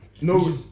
No